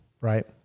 right